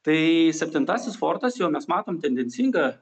tai septintasis fortas jau mes matom tendencingą